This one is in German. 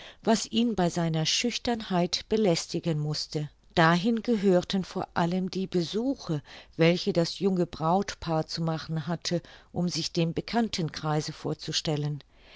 was ihn bei seiner schüchternheit belästigen mußte dahin gehörten vor allem die besuche welche das junge brautpaar zu machen hatte um sich dem bekanntenkreise vorzustellen